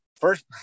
First